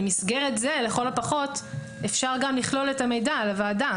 במסגרת זה לכל הפחות אפשר גם לכלול את המידע על הוועדה.